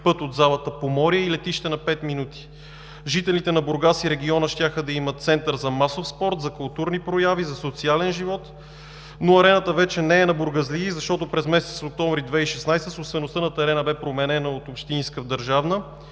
път от залата Поморие и летище на пет минути. Жителите на Бургас и региона щяха да имат център за масов спорт, за културни прояви, за социален живот, но „Арената“ вече не е на бургазлии, защото през месец октомври 2016 г. собствеността на терена бе променена от общинска в държавна